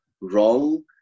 wrong